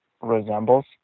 resembles